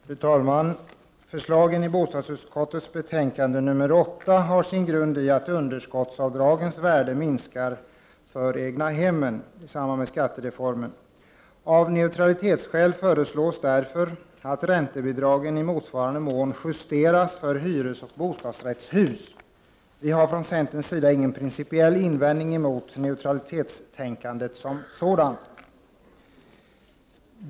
Fru talman! Förslagen i bostadsutskottets betänkande 8 har sin grund i att underskottsavdragens värde minskar för egnahemmen i samband med skattereformen. Av neutralitetsskäl föreslås därför att räntebidragen i motsvarande mån justeras för hyresoch bostadsrättshus. Vi har från centerns sida ingen principiell invändning mot neutralitetstänkandet som sådant.